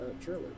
trailer